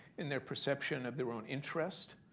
in their perception of their own interest,